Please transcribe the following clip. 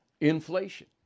Inflation